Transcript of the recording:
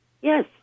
Yes